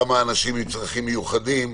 כמה אנשים עם צרכים מיוחדים,